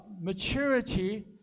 maturity